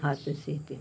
हाथ से सीती हूँ